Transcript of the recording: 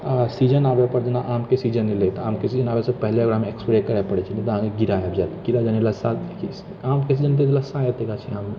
आ सीजन आबै पर जेना आमके सीजन एलै तऽ आमके सीजन आबैसँ पहले ओकरामे स्प्रे करै पड़ैत छै नहि तऽ अहाँकेँ कीड़ा आबि जाइत कीड़ा सङ्गे लस्सा आमके सीजनमे तऽ लस्सा अबितैटा छै आममे